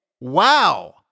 wow